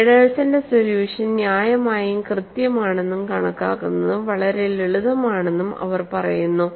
ഫെഡെർസന്റെ solution ന്യായമായും കൃത്യമാണെന്നും കണക്കാക്കുന്നത് വളരെ ലളിതമാണെന്നും അവർ പറയുന്നു